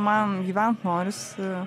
man gyvent norisi